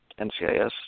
NCIS